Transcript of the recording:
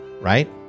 right